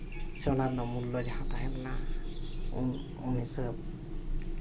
ᱥᱮ ᱚᱱᱟ ᱨᱮᱱᱟᱜ ᱢᱩᱞᱞᱚ ᱡᱟᱦᱟᱸ ᱛᱟᱦᱮᱸ ᱞᱮᱱᱟ ᱩᱱ ᱥᱟᱹᱛ